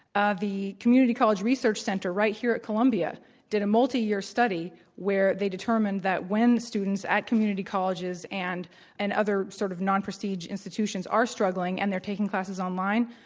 ah the community college research center right here at columbia did a multi-year study where they determined that when students at community colleges and and other sort of non-prestige institutions are struggling and they're taking classes online,